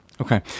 Okay